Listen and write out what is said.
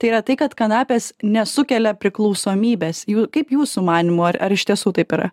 tai yra tai kad kanapės nesukelia priklausomybės jų kaip jūsų manymu ar ar iš tiesų taip yra